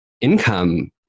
income